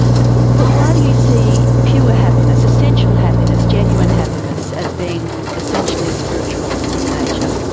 but but why do you see pure happiness, essential happiness, genuine happiness as being essentially spiritual in nature?